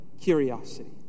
curiosity